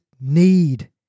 need